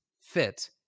fit